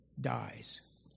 dies